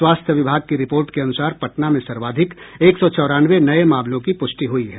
स्वास्थ्य विभाग की रिपोर्ट के अनूसार पटना में सर्वाधिक एक सौ चौरानवे नये मामलों की प्रष्टि हुई है